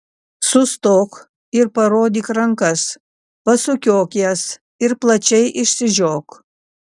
sustok ir parodyk rankas pasukiok jas ir plačiai išsižiok